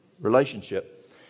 relationship